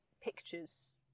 pictures